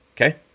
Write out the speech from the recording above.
Okay